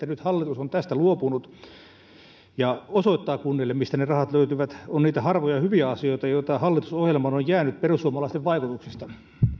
nyt hallitus on tästä luopunut ja osoittaa kunnille mistä ne rahat löytyvät on niitä harvoja hyviä asioita joita hallitusohjelmaan on jäänyt perussuomalaisten vaikutuksesta